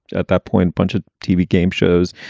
at that point, punch a tv game shows.